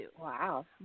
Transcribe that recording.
Wow